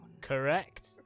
Correct